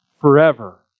forever